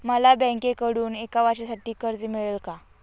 मला बँकेकडून एका वर्षासाठी कर्ज मिळेल का?